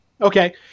Okay